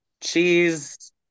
cheese